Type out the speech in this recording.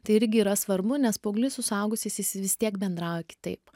tai irgi yra svarbu nes paauglys su suaugusiais jis vis tiek bendrauja kitaip